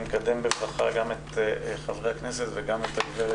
אני מקדם בברכה את חברי הכנסת וגם את הגב'